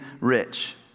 rich